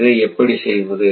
இதை எப்படி செய்வது